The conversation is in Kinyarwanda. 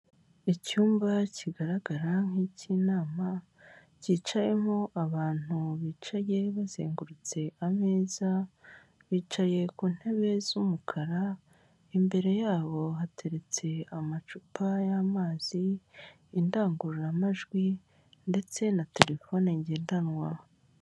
Icyumba kigaragara nk'ik'inama kicayemo abantu bicaye bazengururse ameza, bicaye ku ntebe z'umukara imbere yabo hateretse amacupa y'amazi, indangururamajwi ndetse na telefone ngendanwa.